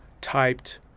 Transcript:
typed